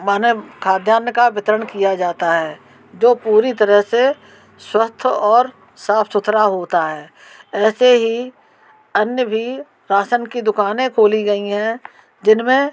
माने खाद्यान्न का वितरण किया जाता है जो पूरी तरह से स्वस्थ और साफ सुथरा होता है ऐसे ही अन्य भी राशन की दुकाने खोली गई हैं जिनमें